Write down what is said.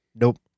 Nope